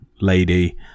lady